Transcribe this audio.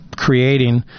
creating